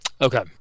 Okay